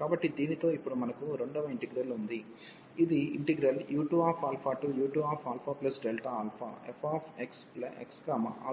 కాబట్టి దీనితో ఇప్పుడు మనకు రెండవ ఇంటిగ్రల్ ఉంది ఇది u2u2αfxαdx